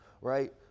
Right